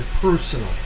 personal